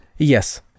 Yes